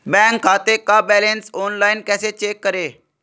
Bank खाते का balance online कैसे चेक करें?